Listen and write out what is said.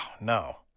no